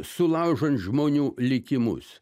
sulaužant žmonių likimus